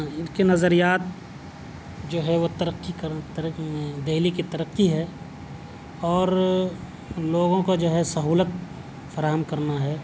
ان کے نظریات جو ہے وہ ترقی کر دہلی کی ترقی ہے اور لوگوں کو جو ہے سہولت فراہم کرنا ہے